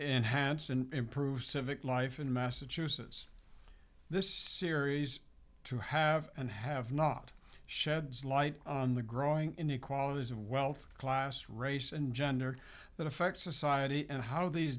enhance and improve civic life in massachusetts this series to have and have not sheds light on the growing inequality of wealth class race and gender that affect society and how these